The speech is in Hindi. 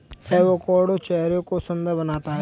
एवोकाडो चेहरे को सुंदर बनाता है